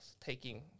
taking